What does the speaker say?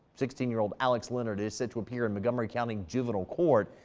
sixteen year-old alex leonard is set to appear in montgomery county juvenile court.